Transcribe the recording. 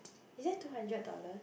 is that two hundred dollar